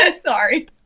Sorry